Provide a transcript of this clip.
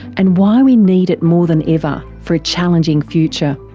and why we need it more than ever for a challenging future.